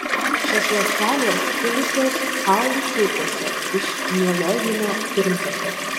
šios ląstelės kilusios kaulų čiulpuose iš mieloidinio pirmtako